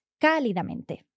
cálidamente